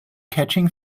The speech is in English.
catching